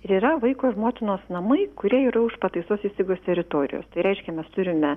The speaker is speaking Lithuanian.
ir yra vaiko motinos namai kurie yra už pataisos įstaigos teritorijos tai reiškia mes turime